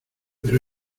pero